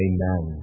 Amen